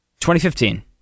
2015